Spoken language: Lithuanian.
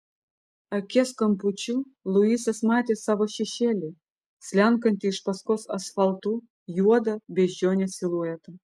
akies kampučiu luisas matė savo šešėlį slenkantį iš paskos asfaltu juodą beždžionės siluetą